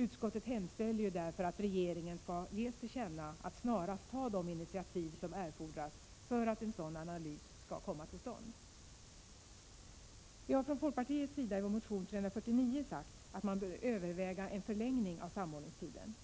Utskottet hemställer därför att riksdagen skall ge regeringen till känna vad utskottet anfört, nämligen att regeringen snarast bör ta de initiativ som erfordras för att en sådan analys skall komma till stånd. Vi har från folkpartiets sida i vår motion 349 sagt att man bör överväga en förlängning av samordningstiden.